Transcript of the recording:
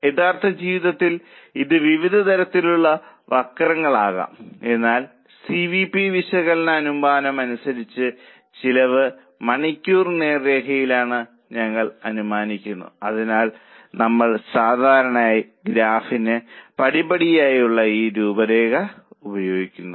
യഥാർത്ഥ ജീവിതത്തിൽ ഇത് വിവിധ തരത്തിലുള്ള വക്രങ്ങളാകാം എന്നാൽ സി വി പി വിശകലന അനുമാനം അനുസരിച്ച് ചെലവ് മണിക്കൂർ നേർരേഖയിലാണെന്ന് ഞങ്ങൾ അനുമാനിക്കുന്നു അതിനാലാണ് നമ്മൾ സാധാരണയായി ഗ്രാഫിന് പടിപടിയായുള്ള ഈ രൂപം ഉപയോഗിക്കുന്നത്